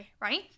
right